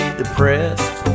depressed